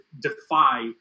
defy